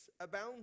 abound